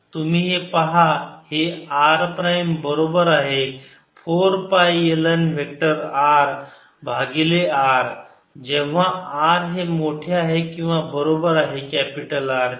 तुम्ही पहा हे r प्राईम बरोबर आहे 4 पाय l n वेक्टर R भागिले r जेव्हा r हे मोठे आहे किंवा बरोबर आहे कॅपिटल R च्या